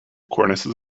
cornices